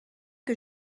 que